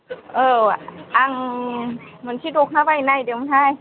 औ आं मोनसे दखना बायनो नागिरदोंमोनहाय